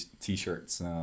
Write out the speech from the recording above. t-shirts